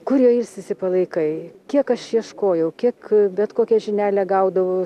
kur jo ilsisi palaikai kiek aš ieškojau kiek bet kokią žinelę gaudavau